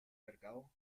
mercado